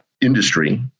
industry